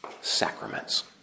Sacraments